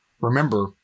remember